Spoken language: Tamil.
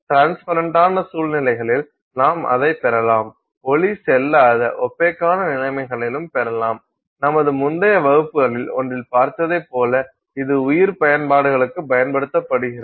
ட்ரான்ஸ்பரன்டான சூழ்நிலைகளில் நாம் அதைப் பெறலாம் ஒளி செல்லாத ஒப்பேக்கான நிலைமைகளிலும் பெறலாம் நமது முந்தைய வகுப்புகளில் ஒன்றில் பார்த்ததைப் போல இது உயிர் பயன்பாடுகளுக்குப் பயன்படுத்தப்படுகிறது